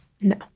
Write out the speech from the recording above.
no